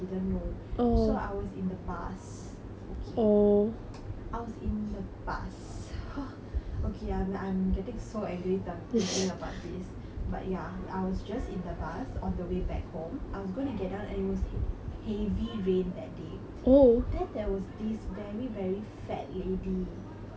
I was in the bus !huh! okay I'm I'm getting so angry talk~ thinking about this but ya I was just in the bus on the way back home I was going to get down and it was hea~ heavy rain that day then there was this very very fat lady உள்ள நடந்து வந்தா:ulla nadanthu vanthaa bus க்குள்ள:kkulae like பேருந்துக்குள்ள வந்தா:perunthukkullae vanthaa